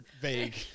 vague